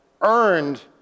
earned